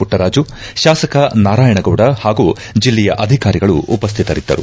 ಮಟ್ಟರಾಜು ಶಾಸಕ ನಾರಾಯಣಗೌಡ ಹಾಗೂ ಜಿಲ್ಲೆಯ ಅಧಿಕಾರಿಗಳು ಉಪಸ್ವಿತರಿದ್ದರು